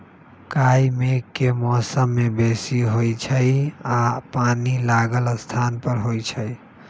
काई मेघ के मौसम में बेशी होइ छइ आऽ पानि लागल स्थान पर होइ छइ